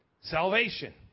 Salvation